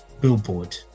billboard